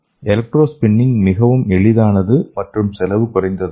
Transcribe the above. electrospinning மிகவும் எளிதானது மற்றும் செலவு குறைந்ததாகும்